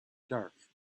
dark